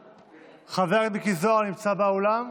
חבר הכנסת מיקי זוהר נמצא באולם?